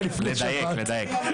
אבל לדייק.